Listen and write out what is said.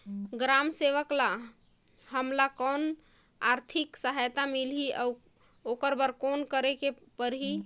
ग्राम सेवक ल हमला कौन आरथिक सहायता मिलही अउ ओकर बर कौन करे के परही?